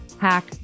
hack